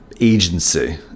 agency